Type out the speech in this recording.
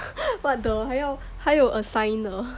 what the 还有还有 assign 的